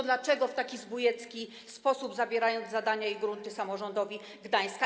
Dlaczego w taki zbójecki sposób zabieracie zadania i grunty samorządowi Gdańska?